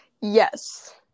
Yes